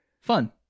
Fun